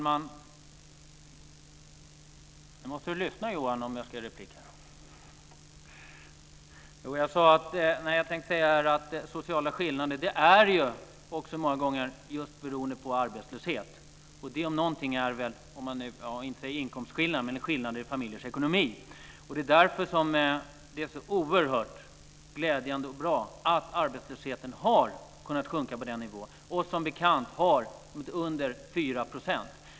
Fru talman! Sociala skillnader beror många gånger just på arbetslöshet. Det om någonting leder väl till skillnader i familjers ekonomi. Det är därför som det är så oerhört glädjande och bra att arbetslösheten har kunnat sjunka till under 4 %.